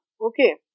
okay